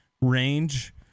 range